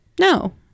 No